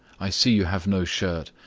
i see you have no shirt.